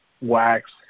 wax